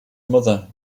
mother